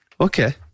Okay